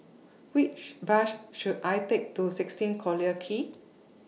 Which Bus should I Take to sixteen Collyer Quay